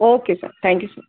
okay sir thank you sir